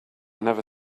never